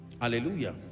hallelujah